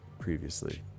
previously